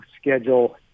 schedule –